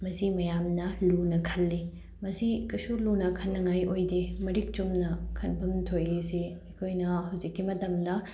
ꯃꯁꯤ ꯃꯌꯥꯝꯅ ꯂꯨꯅ ꯈꯜꯂꯤ ꯃꯁꯤ ꯀꯔꯤꯁꯨ ꯂꯨꯅ ꯈꯟꯅꯤꯡꯉꯥꯏ ꯑꯣꯏꯗꯦ ꯃꯔꯤꯛ ꯆꯨꯝꯅ ꯈꯟꯐꯝ ꯊꯣꯛꯏ ꯁꯤ ꯑꯩꯈꯣꯏꯅ ꯍꯧꯖꯤꯛꯀꯤ ꯃꯇꯝꯗ